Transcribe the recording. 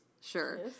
Sure